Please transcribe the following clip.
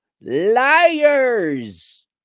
liars